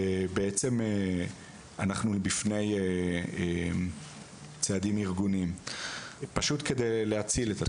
ובעצם אנחנו בפני צעדים ארגוניים פשוט כדי להציל את עצמנו.